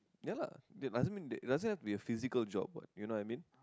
ya lah that doesn't mean that doesn't have to be a physical job what you know what I mean